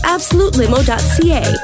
AbsoluteLimo.ca